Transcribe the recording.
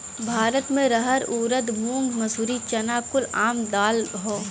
भारत मे रहर ऊरद मूंग मसूरी चना कुल आम दाल हौ